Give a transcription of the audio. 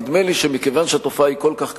נדמה לי שמכיוון שהתופעה היא כל כך קשה,